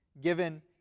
given